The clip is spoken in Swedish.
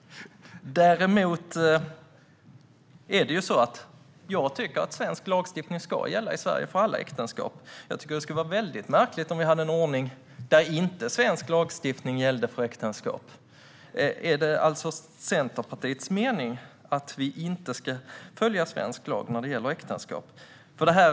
Däremot tycker jag att svensk lagstiftning ska gälla i Sverige för alla äktenskap. Det skulle vara mycket märkligt om vi hade en ordning där svensk lagstiftning inte gällde för äktenskap. Är det Centerpartiets mening att vi inte ska följa svensk lag när det gäller äktenskap?